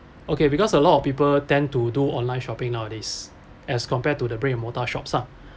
okay because a lot of people tend to do online shopping nowadays as compared to the brand and mortar shops ah